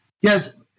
Yes